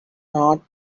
not